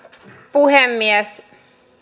puhemies jos